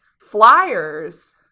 Flyers